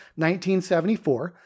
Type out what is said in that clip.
1974